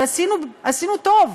ועשינו טוב,